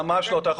ממש לא,